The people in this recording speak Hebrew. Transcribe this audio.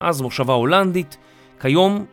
אז מושבה הולנדית כיום